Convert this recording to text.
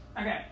Okay